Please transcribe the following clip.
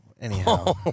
Anyhow